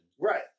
Right